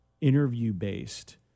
interview-based